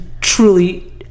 truly